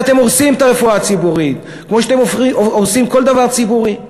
אתם הורסים את הרפואה הציבורית כמו שאתם הורסים כל דבר ציבורי,